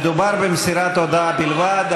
מדובר במסירת הודעה בלבד.